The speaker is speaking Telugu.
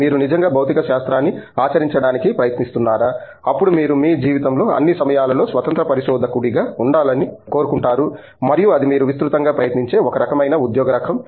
మీరు నిజంగా భౌతిక శాస్త్రాన్ని ఆచరించడానికి ప్రయత్నిస్తున్నారా అప్పుడు మీరు మీ జీవితంలో అన్ని సమయాలలో స్వతంత్ర పరిశోధకుడిగా ఉండాలని కోరుకుంటారు మరియు అది మీరు విస్తృతంగా ప్రయత్నించే ఒక రకమైన ఉద్యోగ రకం